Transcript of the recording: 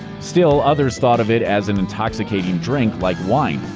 still others thought of it as an intoxicating drink, like wine.